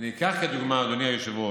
כדוגמה, אדוני היושב-ראש,